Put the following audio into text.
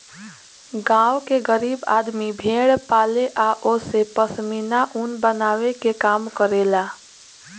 गांव के गरीब आदमी भेड़ पाले आ ओसे पश्मीना ऊन बनावे के काम करेला